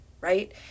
right